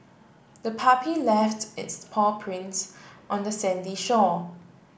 the puppy left its paw prints on the sandy shore